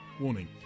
Warning